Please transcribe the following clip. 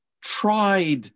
tried